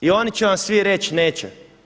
I oni će vam svi reći: Neće.